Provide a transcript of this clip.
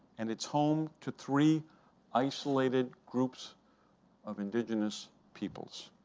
and it's home to three isolated groups of indigenous peoples.